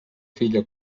filla